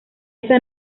esa